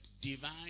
divine